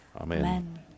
Amen